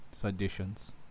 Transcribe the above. suggestions